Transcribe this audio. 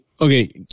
okay